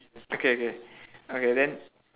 okay okay okay then